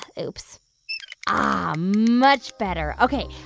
oops ah, much better. ok.